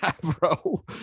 bro